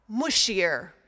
Mushier